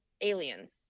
aliens